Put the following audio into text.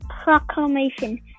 Proclamation